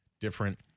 different